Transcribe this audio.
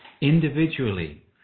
individually